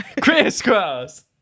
Crisscross